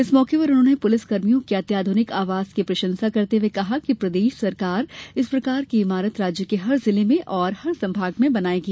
इस मौके पर उन्होंने पुलिस कर्मियों के अत्याध्रनिक आवास की प्रशंसा करते हए कहा कि प्रदेश सरकार इस प्रकार की इमारत राज्य के हर जिले और हर संभाग में बनवायेगी